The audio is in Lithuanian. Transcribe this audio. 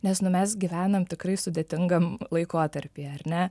nes nu mes gyvenam tikrai sudėtingam laikotarpy ar ne